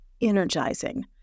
energizing